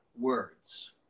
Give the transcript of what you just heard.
words